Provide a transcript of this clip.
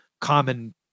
common